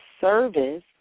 service